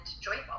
joyful